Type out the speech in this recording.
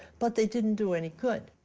but they didn't do any good.